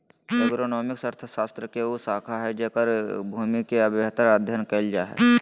agronomics अर्थशास्त्र के उ शाखा हइ जेकर भूमि के बेहतर अध्यन कायल जा हइ